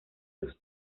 sus